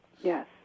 Yes